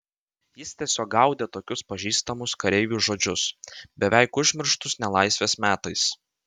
jis tiesiog gaudė tokius pažįstamus kareiviui žodžius beveik užmirštus nelaisvės metais